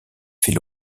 fait